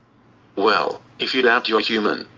well, if you doubt you're human,